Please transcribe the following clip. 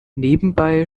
nebenbei